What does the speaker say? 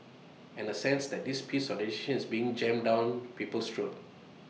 and A sense that this piece of legislation is being jammed down people's throats